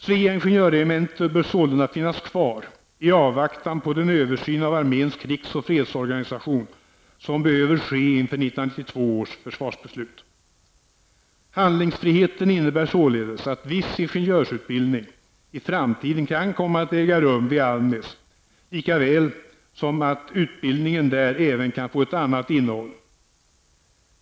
Svea Ingenjörregemente bör sålunda finnas kvar i avvaktan på den översyn av arméns krigs och fredsorganisation som behöver ske inför 1992 års försvarsbeslut. Handlingsfriheten innebär således att viss ingenjörsutbildning i framtiden kan komma att äga rum vid Almnäs likaväl som att utbildningen där även kan få ett annat innehåll.